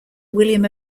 william